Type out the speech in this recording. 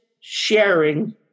sharing